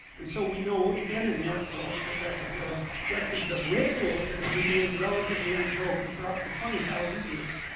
and so we know, again in the archaeological record, there are records of rituals that have remained relatively unbroken through up to twenty thousand years,